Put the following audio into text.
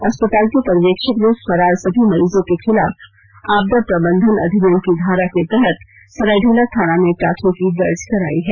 अस्पताल के पर्यवेक्षक ने फरार सभी मरीजों के खिलाफ आपदा प्रबंधन अधिनियम की धारा के तहत सरायढेला थाना में प्राथमिकी दर्ज कराई है